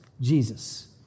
Jesus